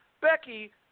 Becky